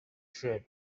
trip